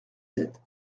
sept